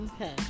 Okay